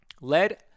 Lead